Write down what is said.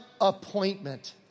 appointment